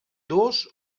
dos